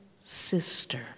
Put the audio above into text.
sister